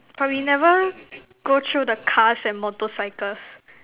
but we never go through the cars and motorcycles